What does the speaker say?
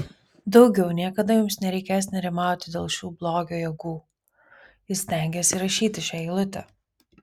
daugiau niekada jums nereikės nerimauti dėl šių blogio jėgų jis stengėsi įrašyti šią eilutę